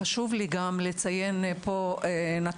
חשוב לי לציין פה נתון.